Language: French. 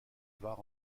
var